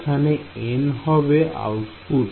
এখানে n হবে output